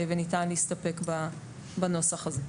וניתן להסתפק בנוסח הזה.